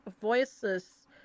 voices